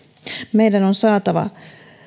meidän on